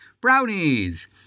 brownies